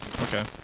Okay